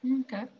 Okay